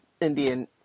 Indian